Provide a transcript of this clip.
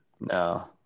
No